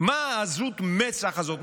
מה עזות המצח הזאת?